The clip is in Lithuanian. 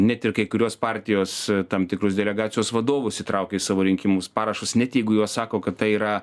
net ir kai kurios partijos tam tikrus delegacijos vadovus įtraukia į savo rinkimus parašus net jeigu jos sako kad tai yra